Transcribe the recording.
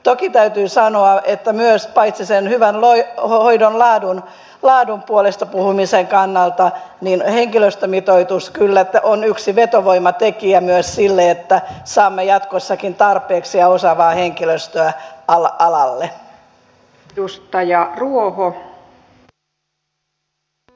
toki täytyy sanoa että myös paitsi sen hyvän hoidon laadun puolesta puhumisen kannalta henkilöstömitoitus kyllä on yksi vetovoimatekijä myös sille että saamme jatkossakin tarpeeksi ja osaavaa henkilöstöä alalle